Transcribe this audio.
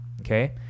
okay